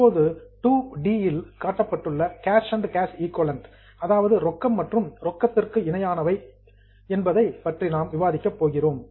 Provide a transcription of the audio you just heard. இப்போது 2 இல் காட்டப்பட்டுள்ள கேஷ் அண்ட் கேஷ் ஈகொலன்ட் ரொக்கம் மற்றும் ரொக்கத்துக்கு இணையானவை என்பதைப் பற்றி நாம் விவாதிக்கப் போகிறோம்